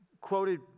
quoted